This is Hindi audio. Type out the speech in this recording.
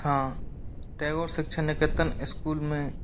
हाँ टैगोर शिक्षा निकेतन इस्कूल में